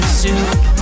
soup